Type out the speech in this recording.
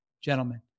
gentlemen